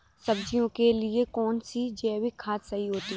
सब्जियों के लिए कौन सी जैविक खाद सही होती है?